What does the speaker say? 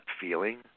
feeling